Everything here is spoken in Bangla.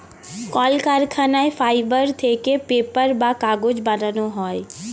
কলকারখানায় ফাইবার থেকে পেপার বা কাগজ বানানো হয়